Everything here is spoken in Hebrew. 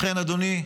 לכן, אדוני,